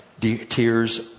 tears